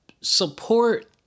support